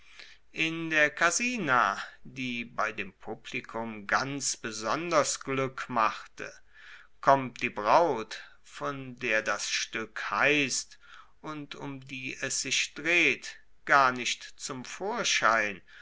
in der casina die bei dem publikum ganz besonders glueck machte kommt die braut von der das stueck heisst und um die es sich dreht gar nicht zum vorschein